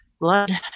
blood